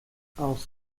aus